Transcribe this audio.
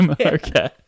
okay